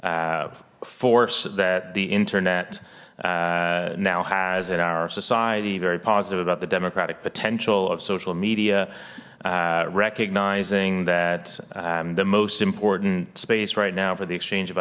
force that the internet now has in our society very positive about the democratic potential of social media recognizing that the most important space right now for the exchange of